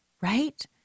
Right